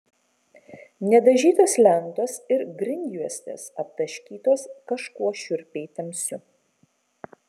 nedažytos lentos ir grindjuostės aptaškytos kažkuo šiurpiai tamsiu